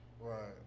Right